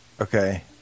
Okay